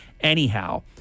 anyhow